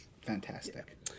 fantastic